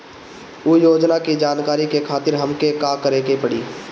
उ योजना के जानकारी के खातिर हमके का करे के पड़ी?